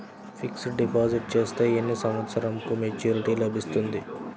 Fixed deposit చేస్తే ఎన్ని సంవత్సరంకు మెచూరిటీ లభిస్తుంది?